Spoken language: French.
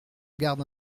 garde